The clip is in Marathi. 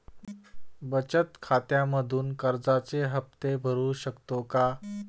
बचत खात्यामधून कर्जाचे हफ्ते भरू शकतो का?